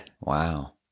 Wow